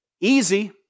easy